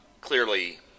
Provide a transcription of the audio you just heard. clearly